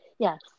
Yes